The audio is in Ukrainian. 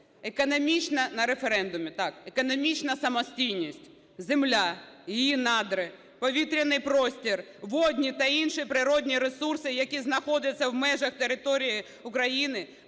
"Економічна самостійність. Земля, її надра, повітряний простір, водні та інші природні ресурси, які знаходяться в межах території України,